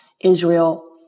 Israel